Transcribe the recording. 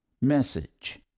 message